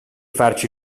farci